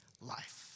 life